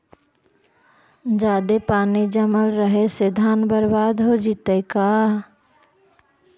जादे पानी जमल रहे से धान बर्बाद हो जितै का?